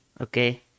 okay